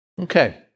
Okay